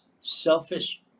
selfish